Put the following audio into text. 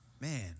man